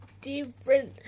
different